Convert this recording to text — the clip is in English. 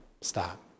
stop